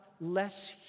less